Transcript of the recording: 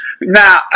Now